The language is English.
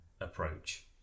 approach